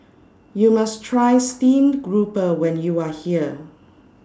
YOU must Try Steamed Grouper when YOU Are here